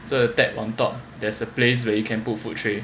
so you tap on top there's a place where you can put food tray